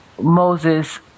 Moses